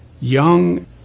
young